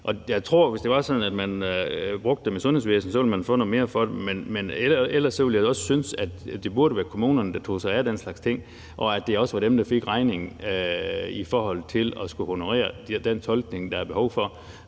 Jeg tror, at hvis det var sådan, at man brugte dem i sundhedsvæsenet, så ville man få noget mere for dem. Men ellers ville jeg da også synes, at det burde være kommunerne, der tog sig af den slags ting, og at det også var dem, der fik regningen i forhold til at skulle honorere den tolkning, der er behov for,